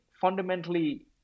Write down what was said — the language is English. fundamentally